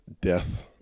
Death